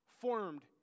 formed